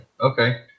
Okay